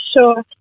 Sure